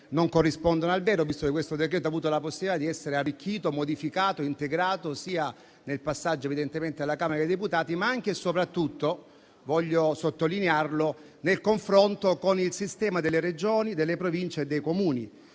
non corrispondono al vero, visto che il decreto-legge in esame ha avuto la possibilità di essere arricchito, modificato o integrato sia nel passaggio alla Camera dei deputati, sia anche e soprattutto - voglio sottolinearlo - nel confronto con il sistema delle Regioni, delle Province e dei Comuni.